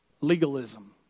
legalism